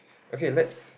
okay let's